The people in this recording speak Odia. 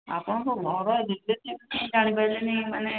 ଆପଣଙ୍କ ଘର ରିଲେଟିଭ୍ କେହି ଜାଣି ପାରିଲେନି ମାନେ